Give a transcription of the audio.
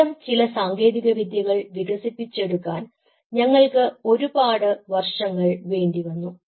ഇത്തരം ചില സാങ്കേതികവിദ്യകൾ വികസിപ്പിച്ചെടുക്കാൻ ഞങ്ങൾക്ക് ഒരുപാട് വർഷങ്ങൾ വേണ്ടി വന്നു